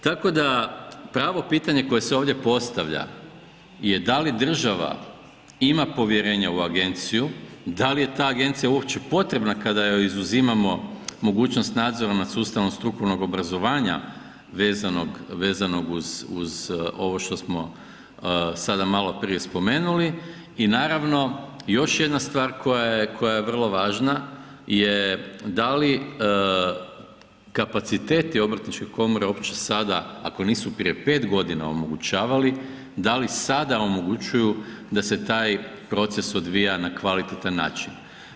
Tako da, pravo pitanje koje se ovdje postavlja je da li država ima povjerenja u agenciju, da li ta agencija uopće potrebna kada joj izuzimamo mogućnost nadzora nad sustavom strukovnog obrazovanja vezanog uz ovo što smo sada maloprije spomenuli i naravno, još jedna stvar koja je vrlo važna je da li kapaciteti obrtničke komore uopće sada, ako nisu prije 5 godina omogućavali, da li sada omogućuju da se taj proces odvija na kvalitetan način.